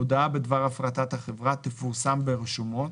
הודעה בדבר הפרטת החברה תפורסם ברשומות